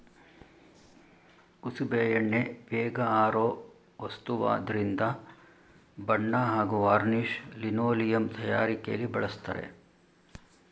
ಕುಸುಬೆ ಎಣ್ಣೆ ಬೇಗ ಆರೋ ವಸ್ತುವಾದ್ರಿಂದ ಬಣ್ಣ ಹಾಗೂ ವಾರ್ನಿಷ್ ಲಿನೋಲಿಯಂ ತಯಾರಿಕೆಲಿ ಬಳಸ್ತರೆ